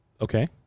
Okay